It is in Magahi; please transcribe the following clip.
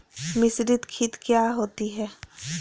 मिसरीत खित काया होती है?